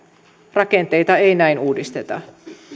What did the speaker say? rakenteita ei näin uudisteta